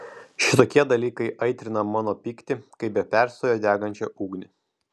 šitokie dalykai aitrina mano pyktį kaip be perstojo degančią ugnį